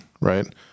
right